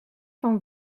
van